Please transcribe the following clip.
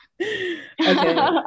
okay